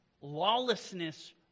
Lawlessness